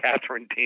Catherine